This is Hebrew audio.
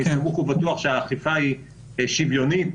אני בטוח שהאכיפה היא שוויונית